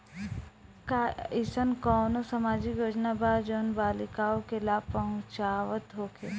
का एइसन कौनो सामाजिक योजना बा जउन बालिकाओं के लाभ पहुँचावत होखे?